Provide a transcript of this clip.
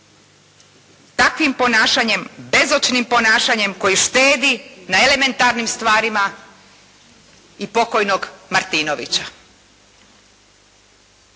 takvim ponašanjem, bezočnim ponašanjem koji šteti na elementarnim stvarima i pokojnog Martinovića.